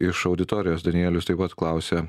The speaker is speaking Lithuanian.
iš auditorijos danielius taip pat klausia